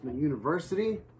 University